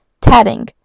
Tatting